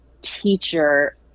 teacher